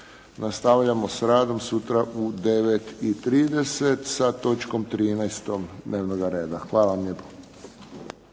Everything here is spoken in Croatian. Nastavljamo s radom sutra u 9,30 sati sa točkom 13. dnevnoga reda. Hvala vam lijepo.